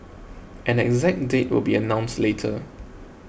an exact date will be announced later